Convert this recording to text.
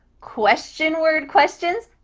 question word questions,